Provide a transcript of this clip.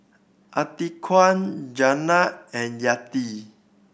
Atiqah Jenab and Yati